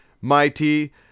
mighty